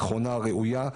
נכונה וראויה.